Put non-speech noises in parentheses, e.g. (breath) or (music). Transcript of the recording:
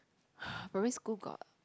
(breath) primary school got